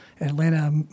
Atlanta